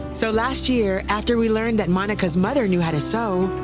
so last year, after we learned that monica's mother knew how to sew,